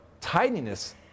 tidiness